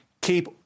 keep